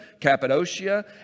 Cappadocia